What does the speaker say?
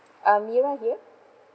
um mira here